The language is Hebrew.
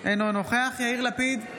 אינו נוכח יאיר לפיד,